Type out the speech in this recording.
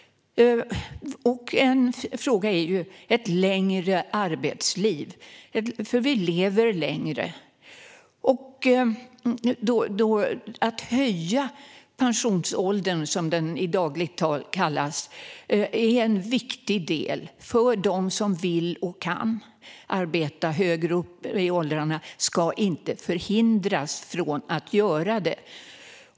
En fråga gäller detta med ett längre arbetsliv. Vi lever längre, och att höja pensionsåldern, som den i dagligt tal kallas, är en viktig del. De som vill och kan arbeta högre upp i åldrarna ska inte hindras från att göra det.